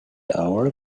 hour